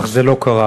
אך זה לא קרה.